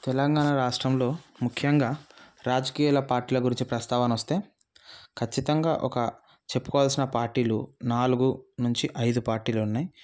తెలంగాణ రాష్ట్రంలో ముఖ్యంగా రాజకీయాల పార్టీల గురించి ప్రస్తావన వస్తే ఖచ్చితంగా ఒక చెప్పుకోవాల్సిన పార్టీలు నాలుగు నుంచి ఐదు పార్టీలు ఉన్నాయి